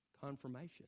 confirmation